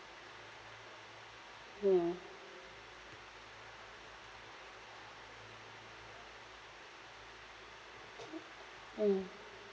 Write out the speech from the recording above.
mm mm